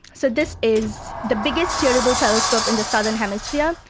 so this is the biggest steerable telescope in the southern hemisphere,